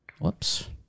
Whoops